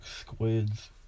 squids